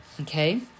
Okay